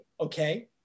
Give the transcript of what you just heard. okay